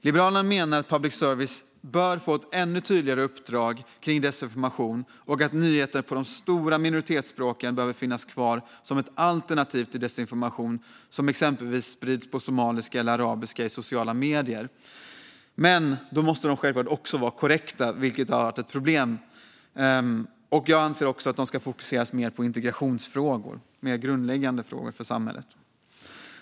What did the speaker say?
Liberalerna menar att public service bör få ett ännu tydligare uppdrag kring desinformation och att nyheter på de stora minoritetsspråken behöver finnas kvar som ett alternativ till desinformation som exempelvis sprids på somaliska eller arabiska i sociala medier. Men då måste de självklart också vara korrekta, vilket har varit ett problem. Jag anser också att de ska fokuseras mer på integrationsfrågor och andra mer grundläggande frågor för samhället.